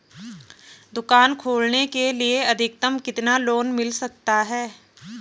दुकान खोलने के लिए अधिकतम कितना लोन मिल सकता है?